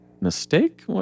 mistake